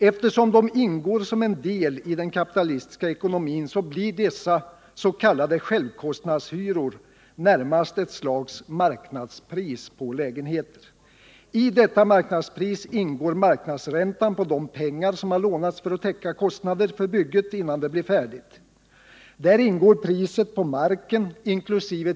Eftersom de ingår som en del i den kapitalistiska ekonomin blir deras s.k. självkostnadshyror närmast ett slags marknadspris på lägenheter. I detta marknadspris ingår marknadsräntan på de pengar som har lånats för att täcka kostnader för bygget innan det är färdigt. Där ingår priset på marken inkl.